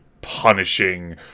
punishing